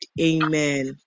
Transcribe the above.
Amen